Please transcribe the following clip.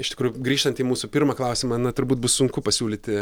iš tikrųjų grįžtant į mūsų pirmą klausimą na turbūt bus sunku pasiūlyti